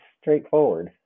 straightforward